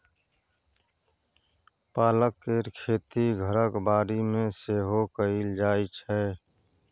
पालक केर खेती घरक बाड़ी मे सेहो कएल जाइ छै